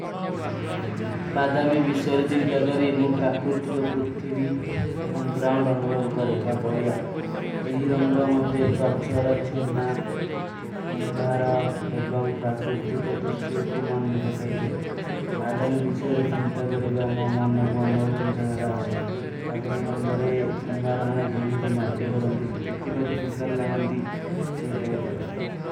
ଭାଧମେ, ବିଶର ଚିନ୍ତ କରେ, ମୁଝେ ପ୍ରକୁର୍ତିକ ପ୍ରୁଥ୍ଥିଭୀ ଏପଂ ଗ୍ରାଉନ୍ଡ ଅନୁବଵ କରେ। ବଢିଯା! ଏହୀ ରଙ୍ଗା ମତେ କଚ୍ଛରୋ ଚେନ୍ନା, କୁମଭାରା ଏପଂ ପ୍ରକୁର୍ତିକ ତୁରିଶ୍ଵକୁ ମନ ନି ପକେ ଥା। ବାଦମେ ବିଚ୍ଚାର ଚୁନ୍ତା କରେବା ମୋ ମନନ କୁଆନନ କୋ ଚୁନ୍ତା ଦରା ଆସେ ବାଦମେ ରଂଗରେ କୁଂବାରା ମନା ଜେମୀ ଦୀ ମାଟ୍ଟୀ କୋ ରୋଂତୀ ଦିକ୍କୀ ପକୁ ସୁନ୍ଦର ଲାଗୋଂ ଦୀ ସେ ହୀ ଟାଇପୀ ରୋ।